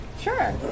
Sure